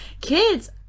Kids